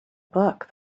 book